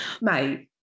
Mate